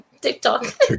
TikTok